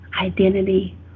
identity